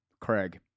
craig